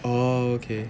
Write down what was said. oh okay